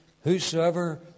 whosoever